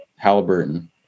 Halliburton